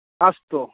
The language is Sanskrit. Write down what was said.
अस्तु